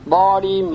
body